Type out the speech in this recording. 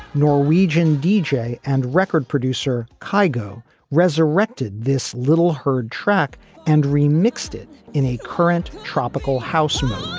norwegian deejay and record producer cargo resurrected this little heard track and remixed it in a current tropical housemother